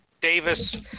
Davis –